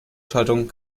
schaltung